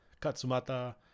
Katsumata